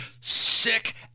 sick